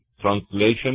translation